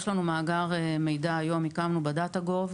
יש לנו היום מאגר מידע שהקמנו ב-Data Gov,